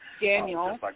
Daniel